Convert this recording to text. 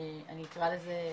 אני אקרא לזה בהתיישבות,